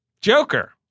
Joker